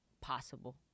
possible